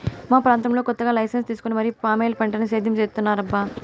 మా ప్రాంతంలో కొత్తగా లైసెన్సు తీసుకొని మరీ పామాయిల్ పంటని సేద్యం చేత్తన్నారబ్బా